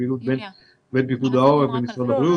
הפעילות בין פיקוד העורף ומשרד הבריאות.